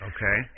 Okay